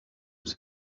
his